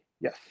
yes